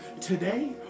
today